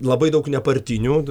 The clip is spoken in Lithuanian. labai daug nepartinių